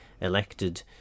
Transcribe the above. elected